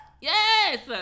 Yes